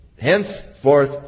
henceforth